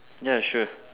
ya sure